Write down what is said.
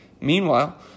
Meanwhile